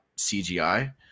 cgi